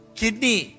kidney